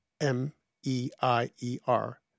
M-E-I-E-R